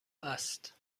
است